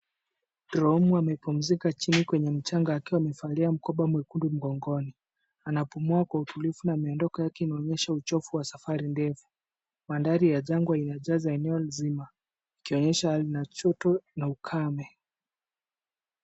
Draumu amepumzika chini kwenye mchanga akiwa amevalia mkoba mwekundu mgongoni. Anapumua kwa utulivu na miondoko yake inaonyesha uchovu wa safari ndefu. Mandhari ya jangwa inajaza eneo nzima, ikionyesha joto na ukame.